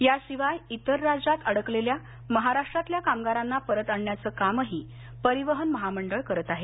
याशिवाय इतर राज्यात अडकलेल्या महाराष्ट्रातल्या कामगारांना परत आणण्याचं कामही परिवहन महामंडळ करत आहे